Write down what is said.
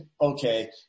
okay